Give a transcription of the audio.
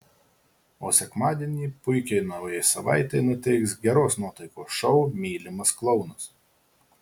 o sekmadienį puikiai naujai savaitei nuteiks geros nuotaikos šou mylimas klounas